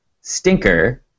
Stinker